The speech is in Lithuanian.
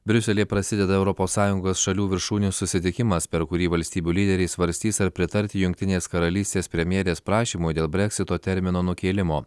briuselyje prasideda europos sąjungos šalių viršūnių susitikimas per kurį valstybių lyderiai svarstys ar pritarti jungtinės karalystės premjerės prašymui dėl breksito termino nukėlimo